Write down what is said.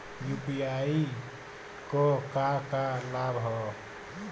UPI क का का लाभ हव?